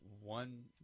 one